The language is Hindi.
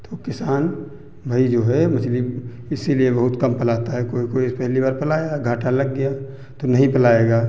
तो किसान भाई जो है मछली उह इसीलिए बहुत कम पलाता है कोई कोई जैसे पहली बार पलाया घाटा लग गया तो नहीं पलाएगा